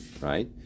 right